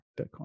bitcoin